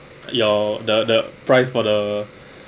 your the the price for the